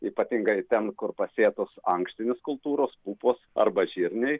ypatingai ten kur pasėtos ankštinės kultūros pupos arba žirniai